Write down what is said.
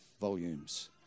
volumes